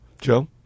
Joe